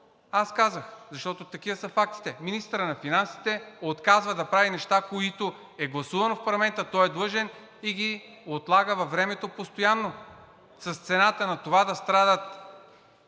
аз казах, защото такива са фактите. Министърът на финансите отказва да прави неща, които са гласувани в парламента. Той е длъжен и ги отлага във времето постоянно, с цената на това да страдат